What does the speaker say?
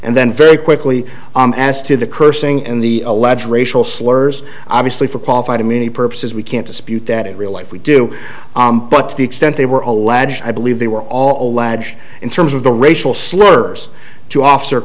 and then very quickly as to the cursing and the alleged racial slurs obviously for qualified immunity purposes we can't dispute that in real life we do but to the extent they were alleged i believe they were all lads in terms of the racial slurs to officer